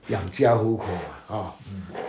养家五口 ah orh